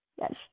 Yes